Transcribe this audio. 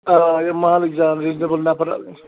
آ ییٚمہِ محلٕکۍ زیادٕ ریٖزنیٚبُل نَفر